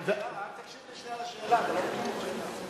תקשיב שנייה לשאלה, כי לא בטוח שהבנתי.